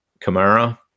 Kamara